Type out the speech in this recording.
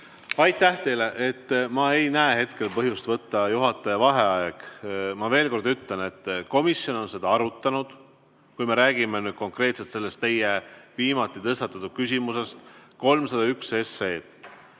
Aitäh teile! Ma ei näe hetkel põhjust võtta juhataja vaheaeg. Ma veel kord ütlen, et komisjon on seda arutanud. Kui me räägime nüüd konkreetselt sellest teie viimati tõstatatud küsimusest, 301 SE.